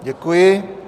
Děkuji.